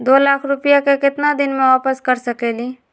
दो लाख रुपया के केतना दिन में वापस कर सकेली?